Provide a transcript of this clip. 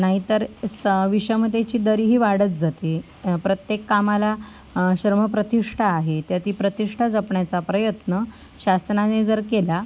नाही तर स् विषमतेची दरी ही वाढत जाते प्रत्येक कामाला श्रमप्रतिष्ठा आहे तेव्हा ती प्रतिष्ठा जपण्याचा प्रयत्न शासनाने जर केला